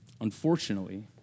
Unfortunately